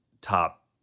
top